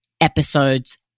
episodes